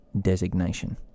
designation